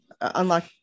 unlock